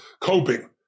coping